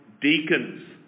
deacons